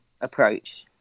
approach